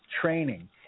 training